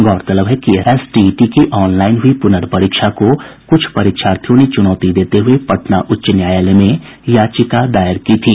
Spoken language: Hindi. गौरतलब है कि एसटीईटी की ऑनलाईन हुई पुनर्परीक्षा को कुछ परीक्षार्थियों ने चुनौती देते हुए पटना उच्च न्यायालय में याचिका दायर की थी